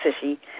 City